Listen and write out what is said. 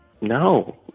no